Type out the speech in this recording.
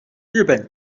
日本